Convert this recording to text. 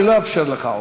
אני לא אאפשר לך עוד,